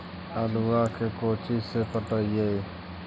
आलुआ के कोचि से पटाइए?